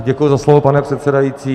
Děkuji za slovo, pane předsedající.